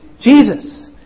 Jesus